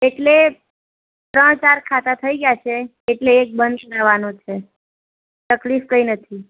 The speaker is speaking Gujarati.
એટલે ત્રણ ચાર ખાતા થઈ ગ્યા છે એટલે એક બંધ કરવાનો છે તકલીફ કંઈ નથી